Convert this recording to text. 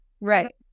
Right